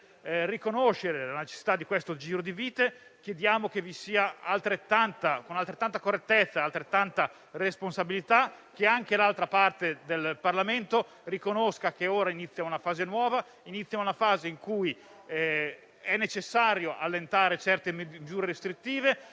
riconoscere la necessità di questo giro di vite, chiediamo che, con altrettanta correttezza e altrettanta responsabilità, anche l'altra parte del Parlamento riconosca che ora inizia una fase nuova. Inizia una fase in cui è necessario allentare certe misure restrittive,